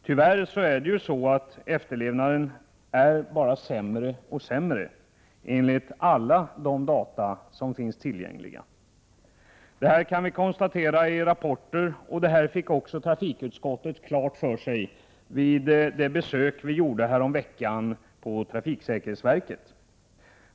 Tyvärr blir det bara sämre och sämre i det avseendet, enligt alla tillgängliga data. Det här konstateras i rapporter och detta fick också vi i trafikutskottet klart för oss vid vårt besök häromveckan på trafiksäkerhetsverket.